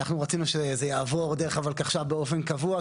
אני יכול להגיד שאנחנו רצינו שזה יעבור דרך הולקחש"פ באופן קבוע,